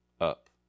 up